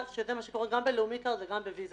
שכך קורה גם בלאומי קארד וגם בוויזה